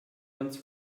months